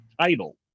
title